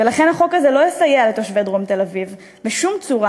ולכן החוק הזה לא יסייע לתושבי דרום תל-אביב בשום צורה,